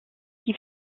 qui